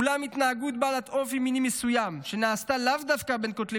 אולם התנהגות בעלת אופי מיני מסוים שנעשתה לאו דווקא בין כותלי